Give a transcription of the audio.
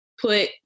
put